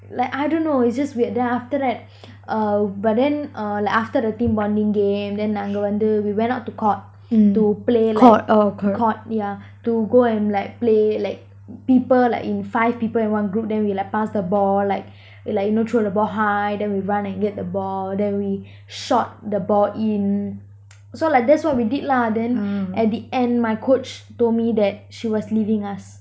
like I don't know it's just weird then after that uh but then uh like after the team bonding game then நாங்க வந்து:nanga vanthu we went out to court to play like court yeah to go and like play like people like in five people in one group then we like pass the ball like like you know throw the ball high then we run and get the ball then we shot the ball in so like that's what we did lah then at the end my coach told me that she was leaving us